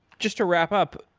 just to wrap-up,